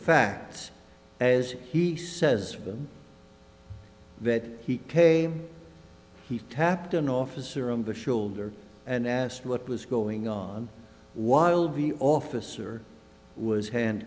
facts as he says them that he came he tapped an officer on the shoulder and asked what was going on while b officer was hand